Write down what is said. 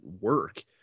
work